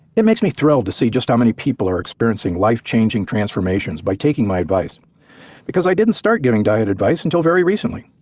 it makes me thrilled to see just how many people are experiencing life changing transformations by taking my advice because i didn't start giving diet advice until very recently.